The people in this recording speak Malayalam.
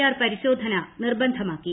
ആർ പരിശോധന നിർബന്ധമാക്കി